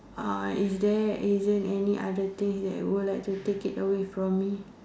uh is there is there any other thing that would like to take it away from